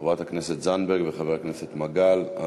חברת הכנסת זנדברג וחבר הכנסת מגל.